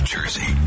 Jersey